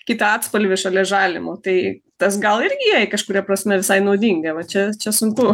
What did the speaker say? kitą atspalvį šalia žalimo tai tas gal irgi jai kažkuria prasme visai naudinga va čia čia sunku